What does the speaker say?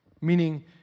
meaning